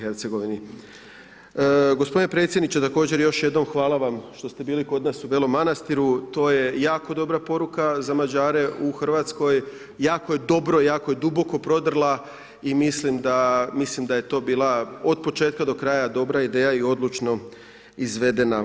Gospodine predsjedniče također još jednom hvala vam što ste bili kod nas u Belim Manastiru, to je jako dobra poruka za Mađare u Hrvatskoj, jako je dobro i jako je duboko podrla i mislim da je to bila od početka do kraja dobra ideja i odlučno izvedena.